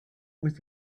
with